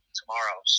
tomorrow